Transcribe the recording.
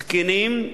זקנים,